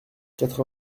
quatre